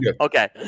Okay